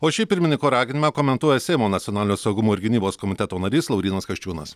o šį pirmininko raginimą komentuoja seimo nacionalinio saugumo ir gynybos komiteto narys laurynas kasčiūnas